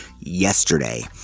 yesterday